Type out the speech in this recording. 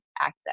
access